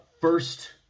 first